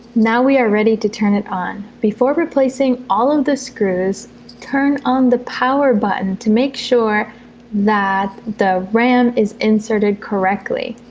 now we are ready to turn it on before replacing all of the screws turn on the power button to make sure that the ram is inserted correctly